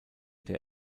der